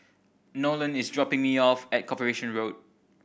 Nolen is dropping me off at Corporation Road